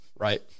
Right